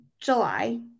July